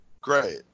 Great